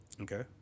Okay